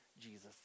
Jesus